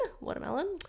watermelon